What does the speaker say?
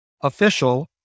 official